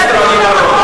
חבר הכנסת רוני בר-און.